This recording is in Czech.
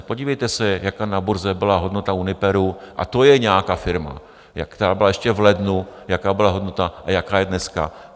Podívejte se, jaká na burze byla hodnota Uniperu, a to je nějaká firma, ještě v lednu jaká byla hodnota a jaká je dneska.